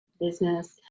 business